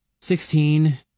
Sixteen